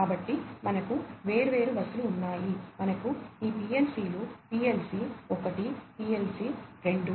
కాబట్టి మనకు వేర్వేరు బస్సులు ఉన్నాయి మనకు ఈ పిఎల్సిలు పిఎల్సి 1 పిఎల్సి 2